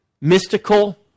mystical